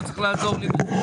לא צריך לעזור לי בזה.